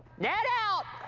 ned out!